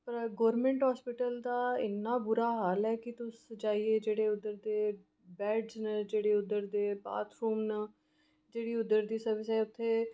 government hospital दा इन्ना बुरा हाल ऐ कि तुस जाइयै जेह्ड़े उद्धर दे बैडस न जेह्ड़े उद्धर दे बाथरूम न जेह्ड़ी उद्धर दी सर्विस ऐ उत्थैं